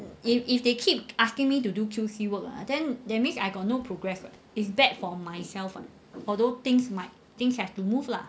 if if they keep asking me to do Q_C work ah then that means I got no progress [what] it's bad for myself [what] although things might things have to move lah